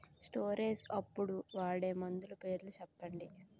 Storage అప్పుడు వాడే మందులు పేర్లు చెప్పండీ?